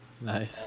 Nice